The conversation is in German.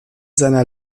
seiner